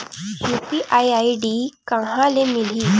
UPI ID कहां ले मिलही?